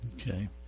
Okay